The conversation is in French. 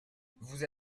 vous